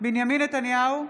בנימין נתניהו,